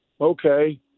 Okay